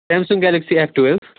Samsung Galaxy F twelve